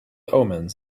omens